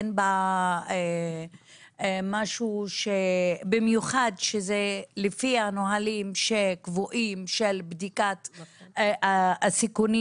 אין בה משהו במיוחד שזה לפי הנהלים שקבועים של בדיקת הסיכונים.